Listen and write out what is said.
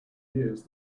years